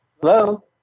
Hello